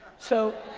so,